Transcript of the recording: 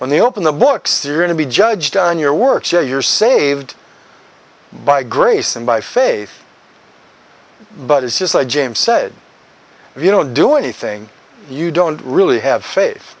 when they open the book series to be judged on your works yet you're saved by grace and by faith but it's just like james said if you don't do anything you don't really have faith